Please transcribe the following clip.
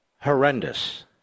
horrendous